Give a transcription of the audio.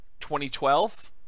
2012